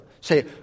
Say